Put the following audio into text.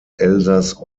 elsass